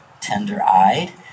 tender-eyed